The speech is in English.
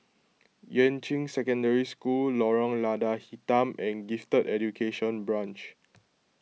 Yuan Ching Secondary School Lorong Lada Hitam and Gifted Education Branch